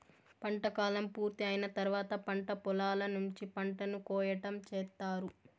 పంట కాలం పూర్తి అయిన తర్వాత పంట పొలాల నుంచి పంటను కోయటం చేత్తారు